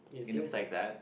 it seems like that